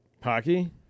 Hockey